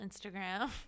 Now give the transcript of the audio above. Instagram